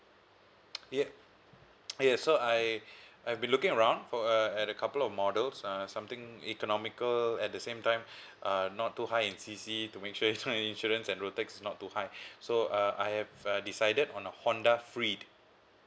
yes yes so I I've been looking around for a at a couple of models uh something economical at the same time uh not too high in C_C to make sure my insurance and road tax not to high so uh I have uh decided on a Honda freed